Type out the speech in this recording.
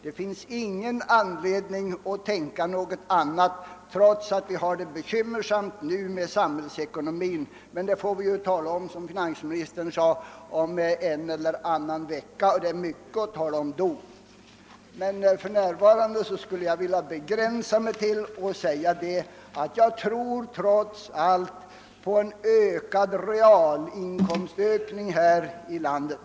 Det finns ingen anledning att befara något annat, trots att vi har det bekymmersamt nu med samhällsekonomin — men det får vi tala om, som finansministern sade, om en eller annan vecka. Det blir mycket att tala om då. För närvarande vill jag begränsa mig till att säga att jag trots allt tror på en fortsatt realinkomstökning här i landet.